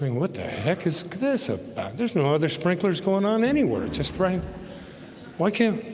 what the heck is this? ah there's no other sprinklers going on anywhere just pray why can't